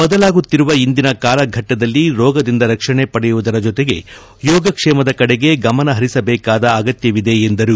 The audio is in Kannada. ಬದಲಾಗುತ್ತಿರುವ ಇಂದಿನ ಕಾಲಘಟ್ಟದಲ್ಲಿ ರೋಗದಿಂದ ರಕ್ಷಣೆ ಪಡೆಯುವುದರ ಜೊತೆಗೆ ಯೋಗಕ್ಷೇಮದ ಕಡೆಗೆ ಗಮನ ಹರಿಸಬೇಕಾದ ಅಗತ್ತವಿದೆ ಎಂದರು